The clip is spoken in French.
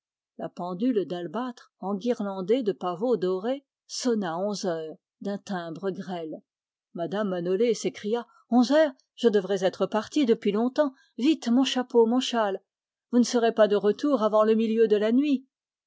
la pendule d'albâtre enguirlandée de pavots dorés sonna onze heures mme manolé s'écria je devrais être partie depuis longtemps vite mon chapeau mon châle vous ne serez pas de retour avant le milieu de la nuit